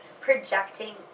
Projecting